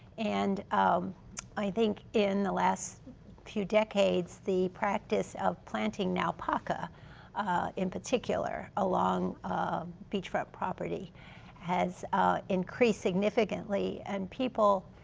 and um i think in the last two decades, the practice of planting naupaka in particular along beachfront property has increased significantly. and people,